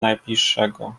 najbliższego